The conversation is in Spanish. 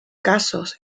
casos